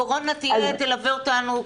הקורונה תלווה אותנו,